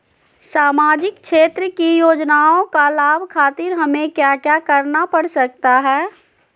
सामाजिक क्षेत्र की योजनाओं का लाभ खातिर हमें क्या क्या करना पड़ सकता है?